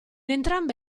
entrambe